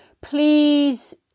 please